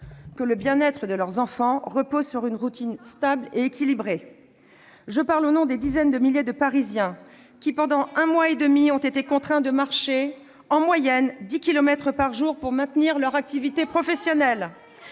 que le bien-être de leurs enfants repose sur une routine stable et équilibrée ! Je parle au nom des dizaines de milliers de Parisiens qui, pendant un mois et demi, ont été contraints de marcher en moyenne dix kilomètres par jour pour maintenir leur activité professionnelle,